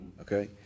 okay